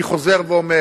אני חוזר ואומר: